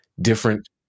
different